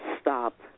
Stop